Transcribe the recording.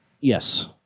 Yes